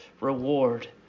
reward